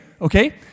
Okay